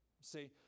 see